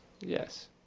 yes